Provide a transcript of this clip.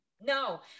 No